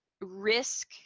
risk